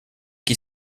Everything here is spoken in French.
qui